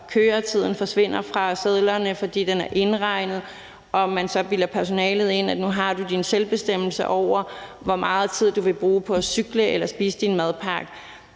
køretiden forsvinder fra sedlerne, fordi den er indregnet. Så har man bildt personalet ind, at nu har du din selvbestemmelse over, hvor meget tid du vil bruge på at cykle eller spise din madpakke.